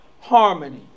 harmony